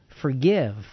forgive